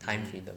time freedom